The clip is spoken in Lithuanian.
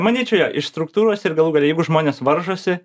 manyčiau jo iš struktūros ir galų gale jeigu žmonės varžosi